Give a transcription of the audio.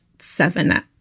Seven